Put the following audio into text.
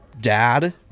dad